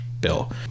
bill